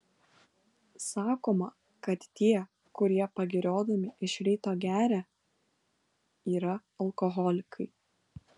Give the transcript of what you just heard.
sakoma kad tie kurie pagiriodami iš ryto geria yra alkoholikai